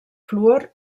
fluor